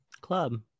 club